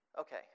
Okay